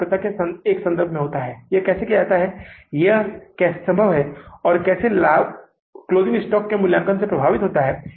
और तब हम इस तिमाही के अंत में जानने की कोशिश करेंगे कि हम कहां अंत कर रहे हैं या हम कितने कुल शेष के साथलाभ और हानि के साथ अंत कर रहे हैं